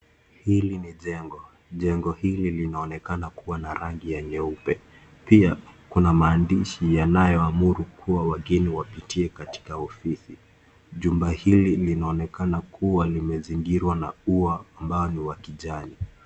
Hili ni jengo, jengo hili linaonekana kuwa na rangi ya nyeupe pia, kuna maandishi yanayo amuru kuwa wageni wapitie katika ofisi jumba hili linaonekana kuwa limezingirwa na ua ambalo wa kijani.